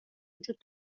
وجود